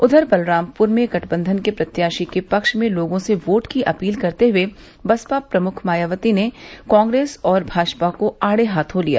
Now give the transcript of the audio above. उधर बलरामपुर में गठबन्धन के प्रत्याशी के पक्ष में लोगों से वोट की अपील करते हए बसपा प्रमुख मायावती ने कांग्रेस और भाजपा को आड़े हाथो लिया